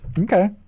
okay